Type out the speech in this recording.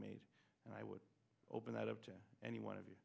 made and i would open that up to any one of you